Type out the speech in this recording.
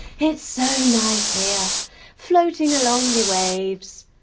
it's so nice here floating along the waves.